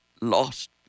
lost